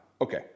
Okay